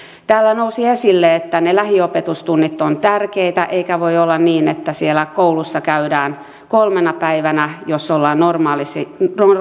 täällä nousi esille että ne lähiopetustunnit ovat tärkeitä eikä voi olla niin että siellä koulussa käydään kolmena päivänä jos ollaan normaalissa